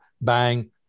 bang